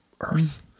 earth